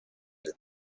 then